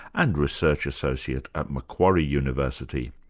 and research associate at macquarie university.